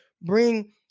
bring